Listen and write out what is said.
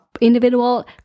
individual